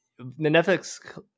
netflix